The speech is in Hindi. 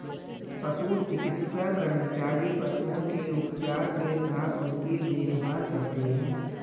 पशु चिकित्सा कर्मचारी पशुओं के उपचार के साथ उनकी देखभाल करते हैं